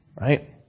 Right